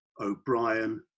O'Brien